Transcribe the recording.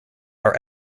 are